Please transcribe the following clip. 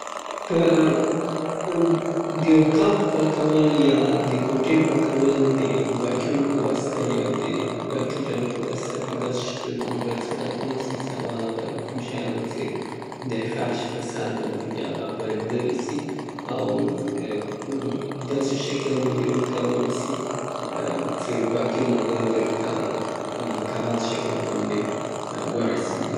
د کوټې د پاکولو د پاره د برقي جارو نه باید کار واخیستل سي. او د هغې جالی مخکې له دې څې اوتاق جارو سي، یا کوټه جارو سي، باید د هغه جالی پاکه سي، او که چیرته په فرش باندې چیشی پراته وي هغه لېرې کړل سي. جګوالی ، ټیټوالی داسې ټولو ځایونو ته باید جارو ورسیګي بیا په منظم شکل باندې اتاق مکمل په واکیوم پاک.